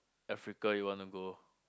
Africa you want to go